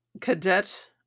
Cadet